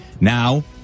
now